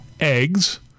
eggs